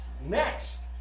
Next